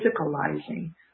physicalizing